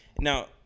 Now